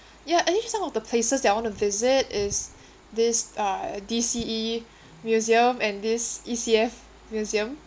ya and actually some of the places that I want to visit is this uh D C E museum and this E C F museum